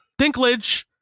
dinklage